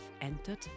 entered